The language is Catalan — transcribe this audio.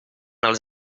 els